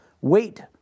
wait